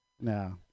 no